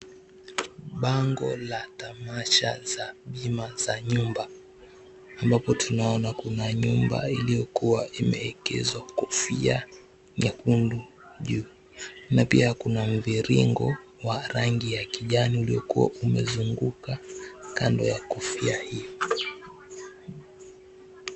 Bango la tamasha za bima za nyumba ambapo tunaona kuna iliyokuwa imewekezwa kofia nyekundu juu na pia kuna mviringo wa rangi ya kijani uliokuwa umezungukwa kando ya kofia hiyo.